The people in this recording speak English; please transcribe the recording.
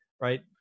Right